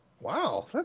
Wow